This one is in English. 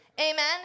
Amen